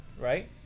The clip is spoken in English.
right